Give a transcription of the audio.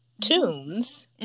tunes